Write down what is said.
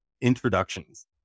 introductions